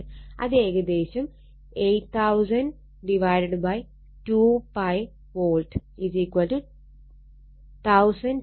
അത് ഏകദേശം 80002π volt 1273